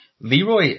Leroy